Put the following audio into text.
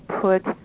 put